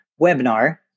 webinar